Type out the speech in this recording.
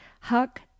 Huck